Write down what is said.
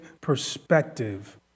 perspective